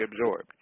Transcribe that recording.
absorbed